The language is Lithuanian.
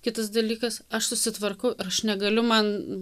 kitas dalykas aš susitvarkau ir aš negaliu man